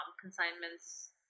consignments